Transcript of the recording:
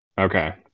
Okay